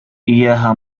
إياها